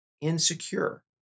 insecure